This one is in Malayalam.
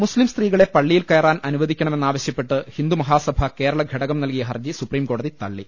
മുസ്ത്രീം സ്ത്രീകളെ പള്ളിയിൽ കയറാൻ അനുവദിക്കണമെ ന്നാവശ്യപ്പെട്ട് ഹിന്ദുമഹാസഭാ കേരള ഘടകം നൽകിയ ഹർജി സുപ്രീംകോടതി തള്ളി